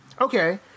Okay